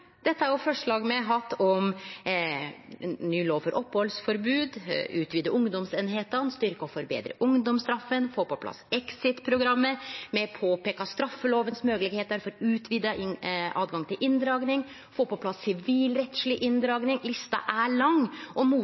Dette er forslag me har hatt – ny lov for opphaldsforbod, utvide ungdomseiningane, styrkje og forbetre ungdomsstraffa, få på plass exit-program, me har påpeika straffelovens moglegheiter for å utvide tilgangen til inndraging, få på plass sivilrettsleg inndraging. Lista er lang, og